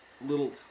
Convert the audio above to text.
little